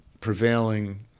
prevailing